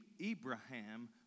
Abraham